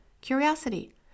curiosity